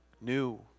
new